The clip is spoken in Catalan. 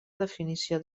definició